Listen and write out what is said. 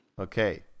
Okay